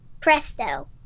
Presto